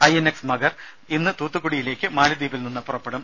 INS Magar ഇന്ന് തൂത്തുക്കുടിയിലേക്ക് മാലി ദ്വീപിൽ നിന്നും പുറപ്പെടും